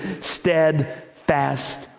steadfast